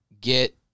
get